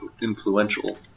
influential